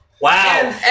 Wow